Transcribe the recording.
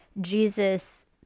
Jesus